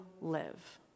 live